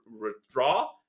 withdraw